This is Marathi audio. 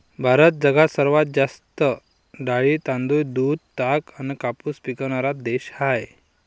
भारत जगात सर्वात जास्त डाळी, तांदूळ, दूध, ताग अन कापूस पिकवनारा देश हाय